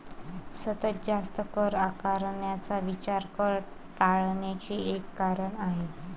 सतत जास्त कर आकारण्याचा विचार कर टाळण्याचे एक कारण आहे